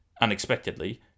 unexpectedly